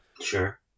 Sure